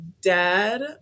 dad